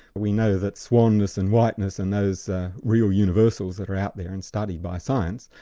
we know that swanness and whiteness and those real universals that are out there and studied by science,